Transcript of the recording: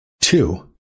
Two